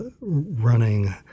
running